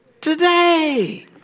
today